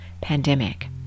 pandemic